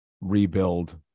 rebuild